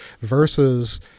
versus